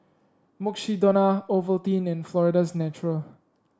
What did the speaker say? Mukshidonna Ovaltine and Florida's Natural